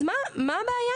אז מה הבעיה כאן?